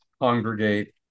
congregate